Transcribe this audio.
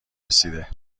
رسیده